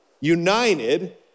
united